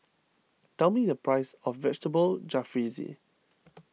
tell me the price of Vegetable Jalfrezi